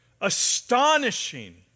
astonishing